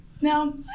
No